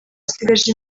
asigaje